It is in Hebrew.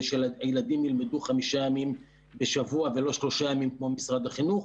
שהילדים ילמדו חמישה ימים בשבוע ולא שלושה ימים כמו משרד החינוך,